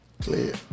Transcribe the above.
clear